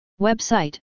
Website